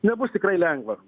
nebus tikrai lengva